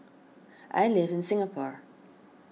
I live in Singapore